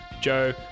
Joe